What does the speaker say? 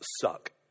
suck